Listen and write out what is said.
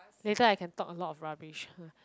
later I can talk a lot of rubbish